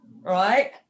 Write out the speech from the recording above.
right